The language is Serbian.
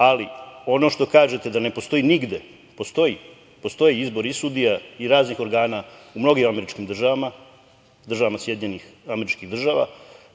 zemlji. Ono što kažete da ne postoji nigde, postoji. Postoji izbor i sudija i raznih organa u mnogim američkim državama, SAD.